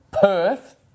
Perth